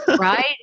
Right